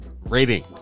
rating